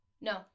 no